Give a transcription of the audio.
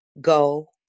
Go